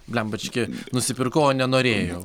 blembački nusipirkau o nenorėjau